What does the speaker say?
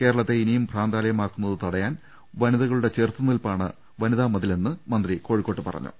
കേരളത്തെ ഇനിയും ഭ്രാന്താലയമാക്കുന്നത് തടയാൻ വനിതകളുടെ ചെറുത്ത് നിൽപ്പാണ് മതിലെന്ന് മന്ത്രി കോഴിക്കോട്ട് പറഞ്ഞു